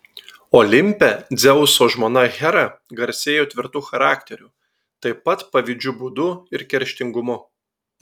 olimpe dzeuso žmona hera garsėjo tvirtu charakteriu taip pat pavydžiu būdu ir kerštingumu